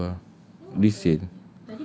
B_T_O ah resale